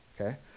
okay